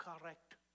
correct